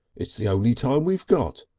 it's the only time we've got.